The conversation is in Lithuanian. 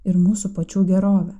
ir mūsų pačių gerovę